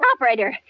Operator